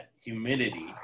humidity